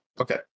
Okay